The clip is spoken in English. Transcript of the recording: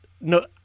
no